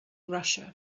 russia